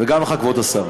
וגם לך, כבוד השר.